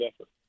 effort